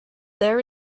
there